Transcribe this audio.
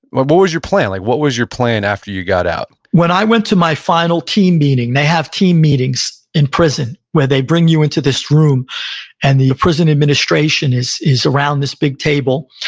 what was your plan? like what was your plan after you got out? when i went to my final team meeting, they have team meetings in prison where they bring you into this room and the prison administration is is around this big table,